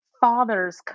father's